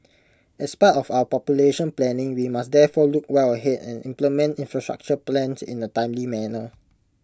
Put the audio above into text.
as part of our population planning we must therefore look well Head and implement infrastructure plans in A timely manner